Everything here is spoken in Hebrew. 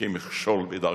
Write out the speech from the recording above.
כמכשול בדרכם.